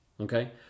Okay